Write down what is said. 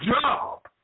job